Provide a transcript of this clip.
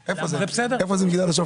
אמרנו שנבחן אבל זה לא משהו שהוא ריאלי.